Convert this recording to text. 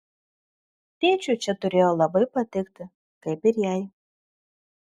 tėčiui čia turėjo labai patikti kaip ir jai